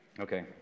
Okay